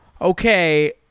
okay